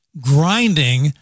Grinding